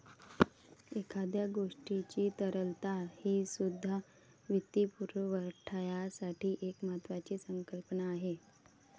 एखाद्या गोष्टीची तरलता हीसुद्धा वित्तपुरवठ्याची एक महत्त्वाची संकल्पना आहे